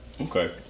okay